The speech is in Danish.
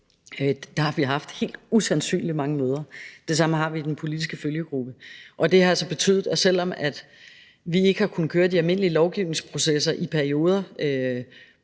Der har vi haft helt usandsynlig mange møder. Det samme har vi i den politiske følgegruppe. Det har altså betydet, at selv om vi ikke har kunnet køre de almindelige lovgivningsprocesser i perioder